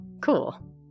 Cool